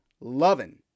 loving